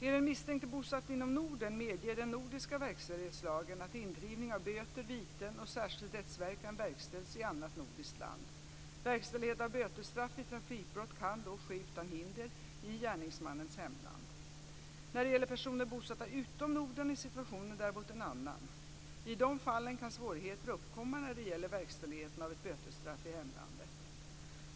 Är den misstänkte bosatt inom Norden medger den nordiska verkställighetslagen att indrivning av böter, viten och särskild rättsverkan verkställs i annat nordiskt land. Verkställighet av bötesstraff vid trafikbrott kan då ske utan hinder i gärningsmannens hemland. När det gäller personer bosatta utom Norden är situationen däremot en annan. I dessa fall kan svårigheter uppkomma när det gäller verkställigheten av ett bötesstraff i hemlandet.